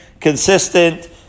consistent